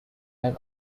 and